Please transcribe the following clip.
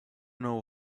know